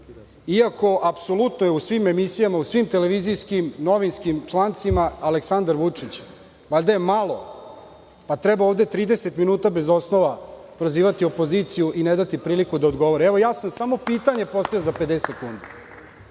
iako je apsolutno u svim emisijama, u svim televizijskim, novinskim člancima Aleksandar Vučić. Valjda je malo, pa treba ovde 30 minuta bez osnova prozivati opoziciju i ne dati priliku da odgovore. Evo, ja sam samo pitanje postavio za 50 sekundi,